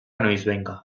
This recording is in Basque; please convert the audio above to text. noizbehinka